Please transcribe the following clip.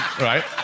right